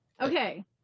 Okay